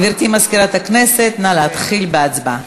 גברתי מזכירת הכנסת, נא להתחיל בהצבעה.